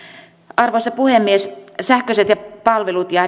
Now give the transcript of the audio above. arvoisa puhemies sähköiset palvelut ja ja